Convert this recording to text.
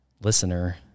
listener